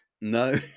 No